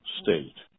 state